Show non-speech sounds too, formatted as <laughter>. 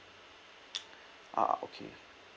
<noise> ah okay